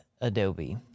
Adobe